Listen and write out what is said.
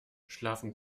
schlafen